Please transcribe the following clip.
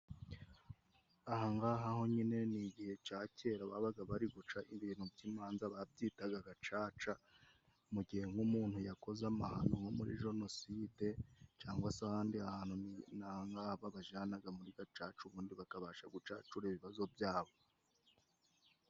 Aha ngaha ho nyine ni igihe cya kera babaga bari guca ibintu by'imanza. Babyitaga gacaca. Mu gihe nk'umuntu yakoze amahano nko muri jenoside cyangwa se ahandi hantu, ni aha ngaha babajyanaga muri gacaca ubundi bakabasha gucacura ibibazo byabo.